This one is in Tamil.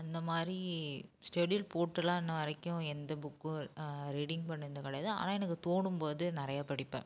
அந்த மாதிரி ஷெடெடியுல் போட்டு எல்லாம் இன்ன வரைக்கும் எந்த புக்கும் ரீடிங் பண்ணுனது கிடையாது ஆனால் எனக்கு தோணும்போது நிறைய படிப்பேன்